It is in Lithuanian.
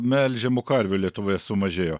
melžiamų karvių lietuvoje sumažėjo